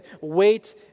wait